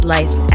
Life